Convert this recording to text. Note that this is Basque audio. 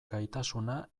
gaitasuna